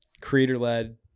creator-led